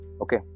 okay